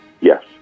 Yes